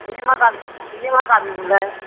नोंनिया मा गामि नोंनिया मा गामिमोनलाय